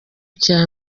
cya